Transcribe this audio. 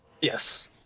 yes